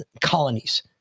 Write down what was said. colonies